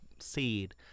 seed